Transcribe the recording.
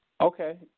okay